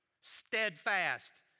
steadfast